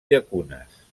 llacunes